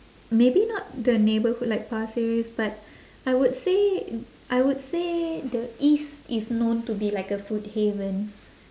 maybe not the neighbourhood like pasir ris but I would say I would say the east is known to be like a food haven